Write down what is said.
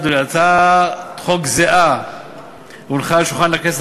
הצעת חוק זהה הונחה על שולחן הכנסת